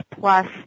Plus